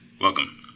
welcome